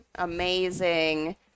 amazing